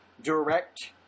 direct